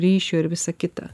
ryšio ir visa kita